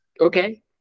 Okay